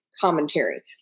commentary